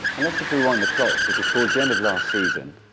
and let's just rewind the clock because towards the end of last season,